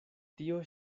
tio